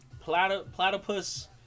Platypus